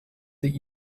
that